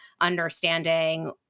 understanding